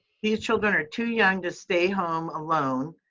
these children are too young to stay home alone.